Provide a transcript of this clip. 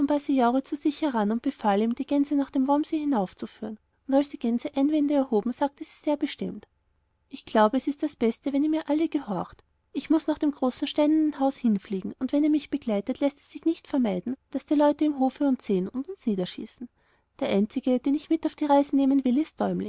zu sich heran und befahl ihm die gänse nach demvombseehinaufzuführen undalsdiegänseeinwändeerhoben sagtesie sehrbestimmt ich glaube es ist das beste wenn ihr mir alle gehorcht ich muß nach dem großen steinernen haus hinfliegen und wenn ihr mich begleitet läßt es sich nicht vermeiden daß die leute auf dem hofe uns sehen und uns niederschießen der einzige den ich mit auf die reise nehmen will